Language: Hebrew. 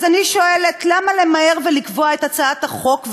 אז אני שואלת: למה למהר ולקבוע את הצעת החוק,